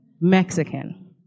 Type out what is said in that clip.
Mexican